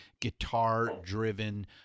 guitar-driven